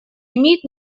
имеет